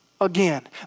again